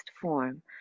form